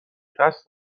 قصد